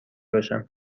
باشم